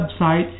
website